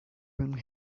when